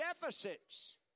deficits